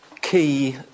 key